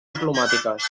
diplomàtiques